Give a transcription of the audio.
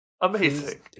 Amazing